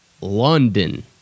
London